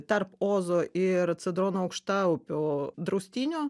tarp ozo ir cedrono aukštaupio draustinio